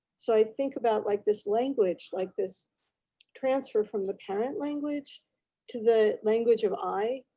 so i think about like this language, like this transfer from the parent language to the language of, i,